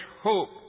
hope